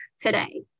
today